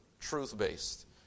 truth-based